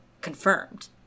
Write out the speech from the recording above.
confirmed